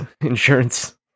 insurance